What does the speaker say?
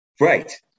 Right